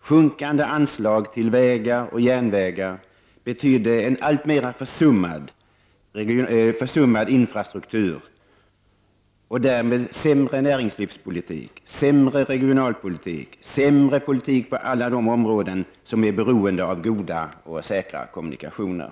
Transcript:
sjunkande anslag till vägar och järnvägar betydde en alltmer försummad infrastruktur och därmed sämre näringslivspolitik, sämre regionalpolitik, sämre politik på alla de områden som är beroende av goda och säkra kommunikationer.